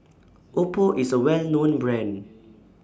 Oppo IS A Well known Brand